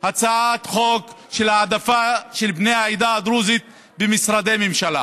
הצעת חוק להעדפה של בני העדה הדרוזית במשרדי ממשלה,